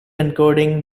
encoding